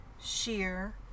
sheer